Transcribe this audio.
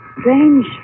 strange